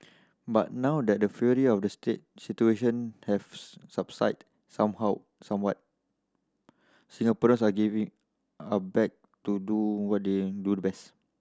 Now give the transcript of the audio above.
but now that the fury of the situation have subsided somehow somewhat Singaporeans are giving are back to do what they do the best